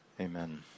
amen